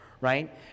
right